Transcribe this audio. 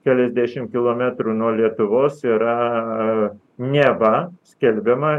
keliasdešimt kilometrų nuo lietuvos yra neva skelbiama